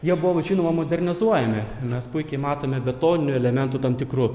jie buvo žinoma modernizuojami mes puikiai matome betoninių elementų tam tikrų